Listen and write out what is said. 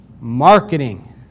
Marketing